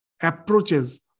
approaches